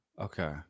Okay